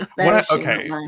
Okay